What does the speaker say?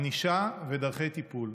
ענישה ודרכי טיפול.